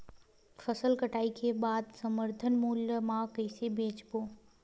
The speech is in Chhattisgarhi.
फसल कटाई के बाद समर्थन मूल्य मा कइसे बेचबो?